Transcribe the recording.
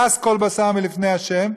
"הס כל בשר מלפני ה'".